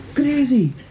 Crazy